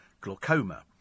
glaucoma